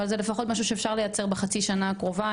אבל זה לפחות משהו שאפשר לייצר בחצי שנה הקרובה,